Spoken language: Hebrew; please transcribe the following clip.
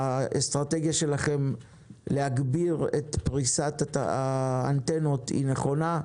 האסטרטגיה שלכם להגביר את פריסת האנטנות היא נכונה,